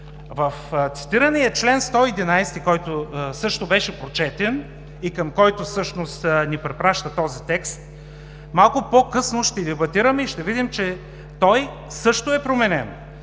В цитирания чл. 111, който също беше прочетен и към който всъщност ни препраща този текст, малко по-късно ще дебатираме и ще видим, че той също е променен.